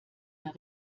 mehr